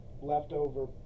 leftover